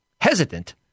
hesitant